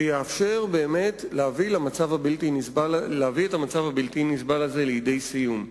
שיאפשר באמת להביא את המצב הבלתי-נסבל הזה לידי סיום.